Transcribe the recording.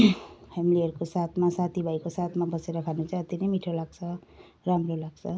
फ्यामिलीहरूको साथमा साथीभाइको साथमा बसेर खानु चाहिँ अति नै मिठो लाग्छ राम्रो लाग्छ